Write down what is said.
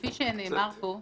כפי שנאמר פה,